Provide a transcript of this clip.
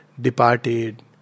departed